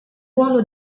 ruolo